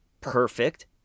perfect